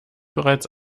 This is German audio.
bereits